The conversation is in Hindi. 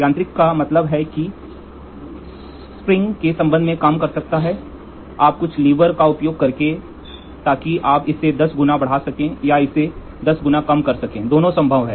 यांत्रिक का मतलब है कि यह स्प्रिंग के संबंध में काम कर सकता है आप कुछ लीवर का उपयोग करते हैं ताकि आप इसे दस गुना बढ़ा सकें या इसे दस गुना कम कर सकें दोनों संभव हैं